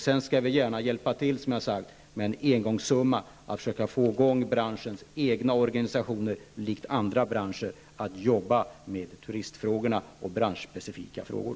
Sedan skall vi gärna, som jag har sagt, hjälpa till med en engångssumma för att försöka få i gång branschens egna organisationer, på samma sätt som inom andra branscher, att jobba med turistfrågorna och branschspecifika frågor.